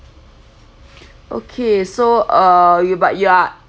okay so uh you but you're